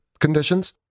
conditions